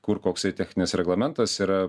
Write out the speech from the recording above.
kur koksai techninis reglamentas yra